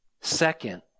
Second